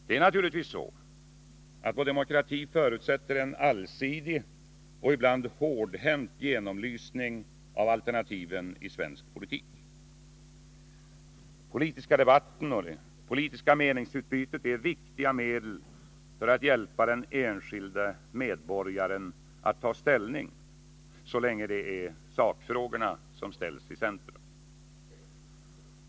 Det är naturligtvis så, att vår demokrati förutsätter en allsidig och ibland hårdhänt genomlysning av alternativen i svensk politik. Den politiska debatten och det politiska meningsutbytet är viktiga medel för att hjälpa den enskilde medborgaren att ta ställning så länge det är sakfrågorna som ställs i centrum.